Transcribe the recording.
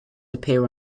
appear